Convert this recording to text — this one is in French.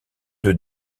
deux